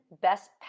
best